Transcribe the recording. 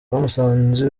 bamusanze